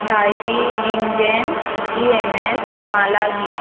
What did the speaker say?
typhi लिंगजॅन E M S Malawi